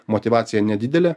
motyvacija nedidelė